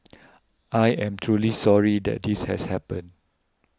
I am truly sorry that this has happened